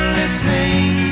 listening